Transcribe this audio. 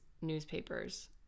newspapers